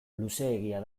luzeegia